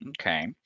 Okay